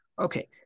okay